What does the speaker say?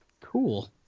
Cool